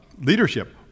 leadership